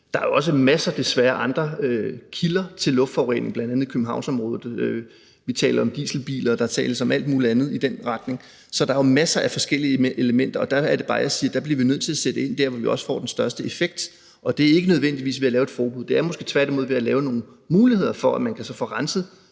Der er jo også masser af andre kilder til luftforurening, desværre, bl.a. i Københavnsområdet. Vi taler om dieselbiler, og der tales om alt muligt andet i den retning. Så der er jo masser af forskellige elementer, og der er det bare, at jeg siger, at der bliver vi nødt til at sætte ind der, hvor vi også får den største effekt. Og det er ikke nødvendigvis ved at lave et forbud; det er måske tværtimod ved at lave nogle muligheder for, at man så kan få renset